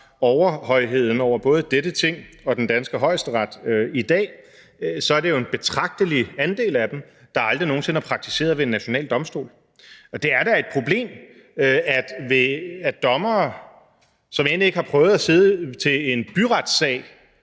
overhøjheden over både dette Ting og den danske Højesteret i dag, så er det jo en betragtelig andel af dem, der aldrig nogen sinde har praktiseret ved en national domstol. Det er da et problem, at dommere, som end ikke har prøvet at sidde til en byretssag,